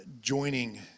joining